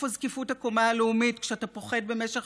ואיפה זקיפות הקומה הלאומית כשאתה פוחד במשך